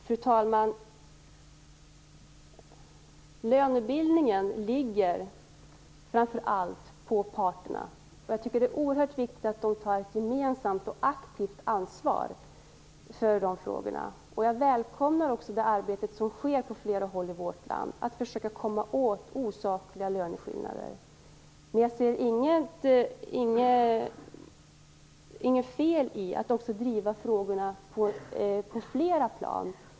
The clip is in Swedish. Fru talman! Lönebildningen ligger framför allt på parterna. Jag tycker att det är oerhört viktigt att de tar ett gemensamt och aktivt ansvar för de frågorna. Jag välkomnar också det arbete som sker på flera håll i vårt land med att försöka komma åt osakliga löneskillnader. Men jag ser inget fel i att driva frågorna på flera plan.